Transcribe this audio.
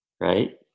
right